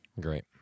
Great